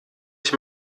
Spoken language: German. ich